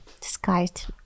Disguised